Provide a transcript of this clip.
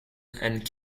and